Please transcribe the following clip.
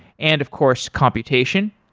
and of course, computation.